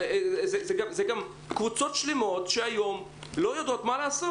אלה קבוצות שונות שהיום לא יודעות מה לעשות.